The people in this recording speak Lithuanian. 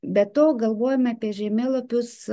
be to galvojome apie žemėlapius